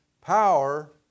power